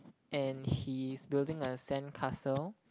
and he's building a sandcastle